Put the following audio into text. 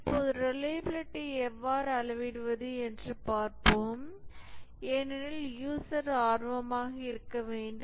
இப்போது ரிலையபிலிடியை எவ்வாறு அளவிடுவது என்று பார்ப்போம் ஏனெனில் யூசர் ஆர்வமாக இருக்க வேண்டும்